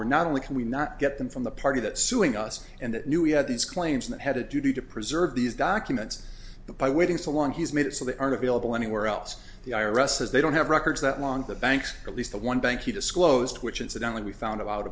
where not only can we not get them from the party that suing us and knew we had these claims that had a duty to preserve these documents but by waiting so long he's made it so they aren't available anywhere else the i r s has they don't have records that long the banks at least the one bank he disclosed which incidentally we found out